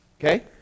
Okay